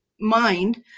mind